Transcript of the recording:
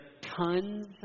tons